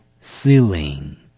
Ceiling